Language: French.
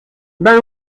ben